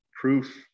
proof